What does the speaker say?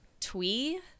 twee